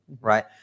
right